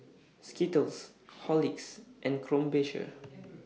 Skittles Horlicks and Krombacher